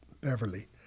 Beverly